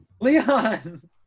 Leon